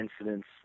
incidents